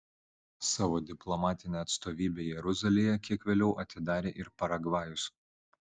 savo diplomatinę atstovybę jeruzalėje kiek vėliau atidarė ir paragvajus